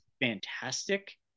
fantastic